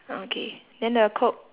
okay then the coke